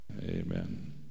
Amen